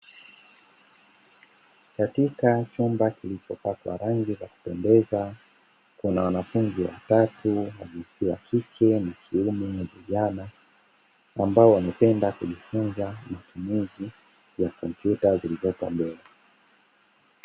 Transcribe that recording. Katika chumba kilichopakwa rangi za kupendeza, kuna wanafunzi watatu wa jinsia ya kike na kiume vijana, ambao wanapenda kujifunza matumizi ya kompyuta zilizoko mbele.